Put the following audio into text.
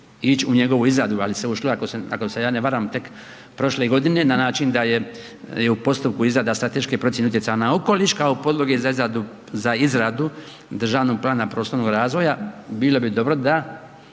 ili u njegovu izradu ali se ušlo ako se ja ne varam tek prošle godine na način da je u postupku izrada strateške procjene utjecaja na okoliš kao podloge za izradu državnog plana prostornog razvoja bilo bi dobro da